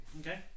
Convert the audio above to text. Okay